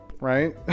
Right